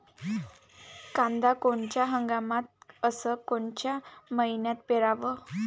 कांद्या कोनच्या हंगामात अस कोनच्या मईन्यात पेरावं?